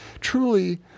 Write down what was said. truly